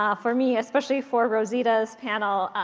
ah for me especially for rosita's panel,